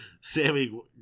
Sammy